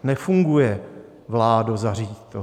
Nefunguje: Vládo, zařiď to!